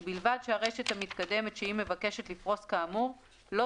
ובלבד שהרשת המתקדמת שהיא מבקשת לפרוס כאמור לא